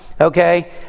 okay